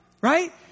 Right